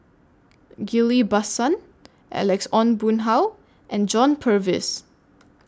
Ghillie BaSan Alex Ong Boon Hau and John Purvis